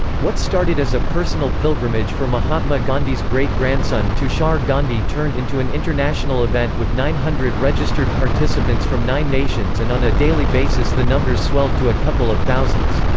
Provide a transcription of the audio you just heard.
what started as a personal pilgrimage for mahatma gandhi's great-grandson tushar gandhi turned into an international event with nine hundred registered participants from nine nations and on a daily basis the numbers swelled to a couple of thousands.